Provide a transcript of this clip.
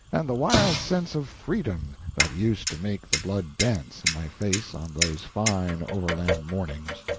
and the wild sense of freedom that used to make the blood dance in my face on those fine overland mornings.